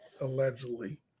allegedly